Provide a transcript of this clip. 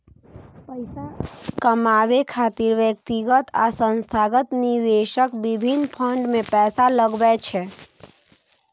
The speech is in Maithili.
पैसा कमाबै खातिर व्यक्तिगत आ संस्थागत निवेशक विभिन्न फंड मे पैसा लगबै छै